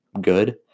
good